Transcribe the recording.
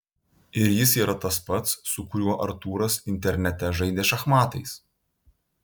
ir jis yra tas pats su kuriuo artūras internete žaidė šachmatais